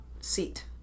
seat